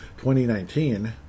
2019